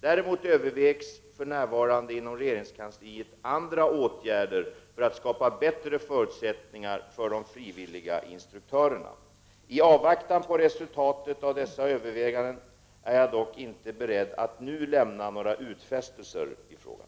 Däremot övervägs för närvarande inom regeringskansliet andra åtgärder för att skapa bättre förutsättningar för de frivilliga instruktörerna. I avvaktan på resultatet av dessa överväganden är jag dock inte beredd att nu lämna några utfästelser i frågan.